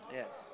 yes